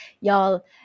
y'all